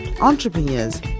entrepreneurs